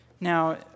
Now